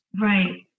Right